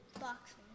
Boxing